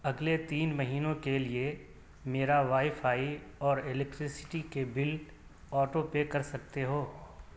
اگلے تین مہینوں کے لئے میرا وائی فائی اور الیکٹریسٹی کے بل آٹو پے کر سکتے ہو